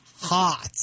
Hot